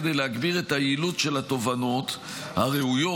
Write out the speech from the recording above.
כדי להגביר את היעילות של התובענות הראויות,